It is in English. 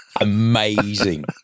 Amazing